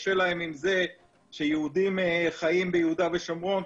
קשה להם עם זה שיהודים חיים ביהודה ושומרון.